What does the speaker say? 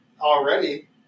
Already